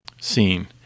seen